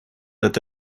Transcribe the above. это